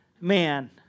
man